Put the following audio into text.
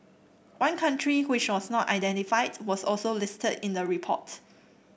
one country which was not identified was also listed in the report